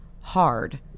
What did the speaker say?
hard